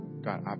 God